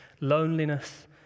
loneliness